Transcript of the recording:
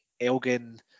Elgin